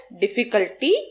difficulty